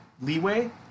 leeway